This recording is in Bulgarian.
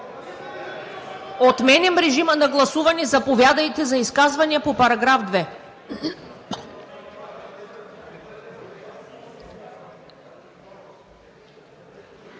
Отменям режима на гласуване. Заповядайте за изказване по § 2.